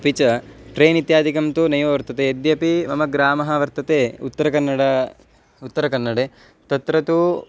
अपि च ट्रेन् इत्यादिकं तु नैव वर्तते यद्यपि मम ग्रामः वर्तते उत्तरकन्नड उत्तरकन्नडे तत्र तु